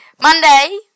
Monday